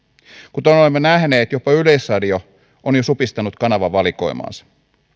kuten olemme nähneet jopa yleisradio on jo supistanut kanavavalikoimaansa